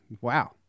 wow